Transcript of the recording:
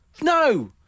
No